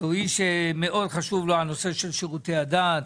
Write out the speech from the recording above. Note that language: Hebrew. הוא איש שמאוד חשוב לו נושא שירותי הדת.